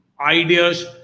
Ideas